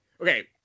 Okay